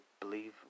believe